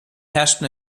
herrschten